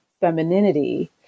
femininity